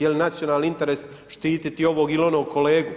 Jel nacionalni interes štiti ovog ili onog kolegu?